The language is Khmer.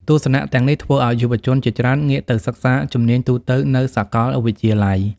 ទស្សនៈទាំងនេះធ្វើឱ្យយុវជនជាច្រើនងាកទៅសិក្សាជំនាញទូទៅនៅសាកលវិទ្យាល័យ។